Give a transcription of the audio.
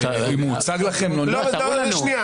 אם הוא הוצג לכם או לא --- תראו לנו.